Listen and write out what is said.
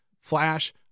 flash